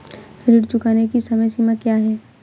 ऋण चुकाने की समय सीमा क्या है?